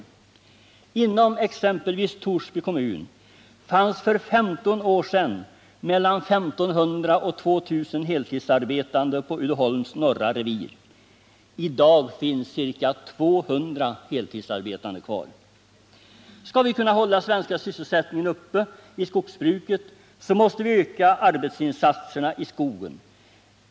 Inom t.ex. Torsby kommun fanns för 15 år sedan mellan 1 500 och 2 000 heltidsarbetande på Uddeholms norra revir. I dag finns ca 200 heltidsarbetande kvar. Skall vi kunna hålla den svenska sysselsättningen uppe i skogsbruket, måste vi öka arbetsinsatserna i skogen.